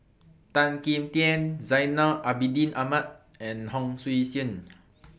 Tan Kim Tian Zainal Abidin Ahmad and Hon Sui Sen